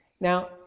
Now